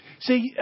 See